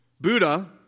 Buddha